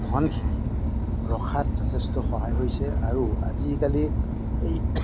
ধনখিনি ৰখাত যথেষ্ট সহায় হৈছে আৰু আজিকালি এই